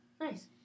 Nice